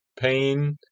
pain